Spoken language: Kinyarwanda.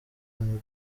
muri